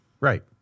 Right